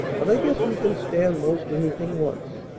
but i guess we can stand most anything once.